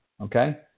Okay